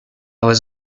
was